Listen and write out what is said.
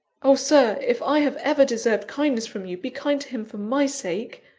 oh, sir, if i have ever deserved kindness from you, be kind to him for my sake!